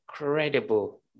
incredible